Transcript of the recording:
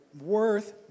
worth